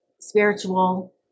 spiritual